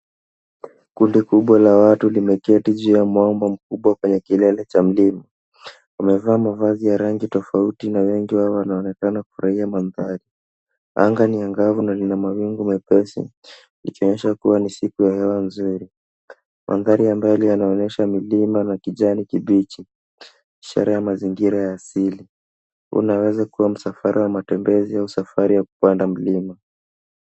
Kundi kubwa la watu limeketi juu ya mwamba mkubwa kwenye kilele cha mlima. Wamevaa mavazi ya rangi tofauti na wengi wao kuonekana kufarahia mandhari. Anga ni angavu na lina mawingu mepesi likionyesha kuwa ni siku ya hewa nzuri. Mandhari ya mbali yanaonyesha milima na kijani kibichi ashiria ya mazingira asili, unaweza kuwa msafara wa matembezi au safari ya kupanda mlima.